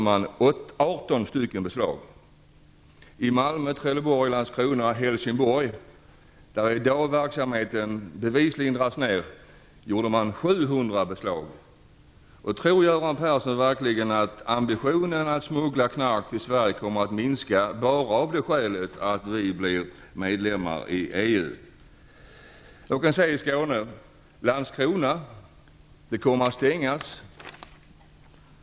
Men, fru talman, i Ystad och Trelleborg, Landskrona och Helsingborg, där verksamheten bevisligen dras ned i dag, gjordes 700 beslag. Tror Göran Persson verkligen att ambitionerna att smuggla knark i Sverige kommer att minska bara av det skälet att Sverige har blivit medlem i EU?